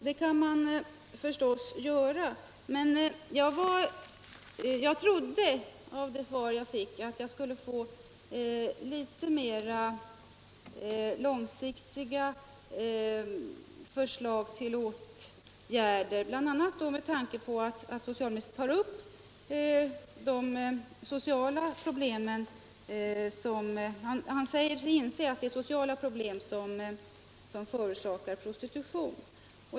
Det kan man förstås göra, men jag trodde att jag skulle få litet mer långsiktiga förslag till åtgärder, bl.a. med tanke på att socialministern säger sig inse att det är sociala problem som förorsakar prostitution.